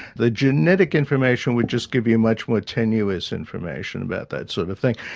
the genetic information would just give you much more tenuous information about that sort of thing,